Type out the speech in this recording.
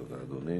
תודה, אדוני.